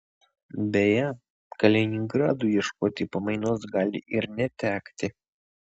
beje kaliningradui ieškoti pamainos gali ir netekti